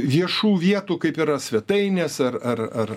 viešų vietų kaip yra svetainės ar ar ar